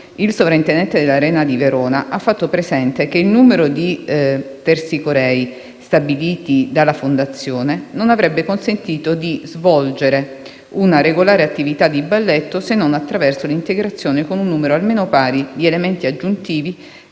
il sovrintendente dell'Arena di Verona ha fatto presente che «il numero di tersicorei stabili in Fondazione non avrebbe consentito di svolgere una regolare attività di balletto se non attraverso l'integrazione con un numero almeno pari di elementi aggiunti